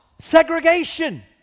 segregation